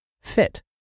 fit